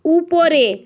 উপরে